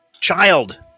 Child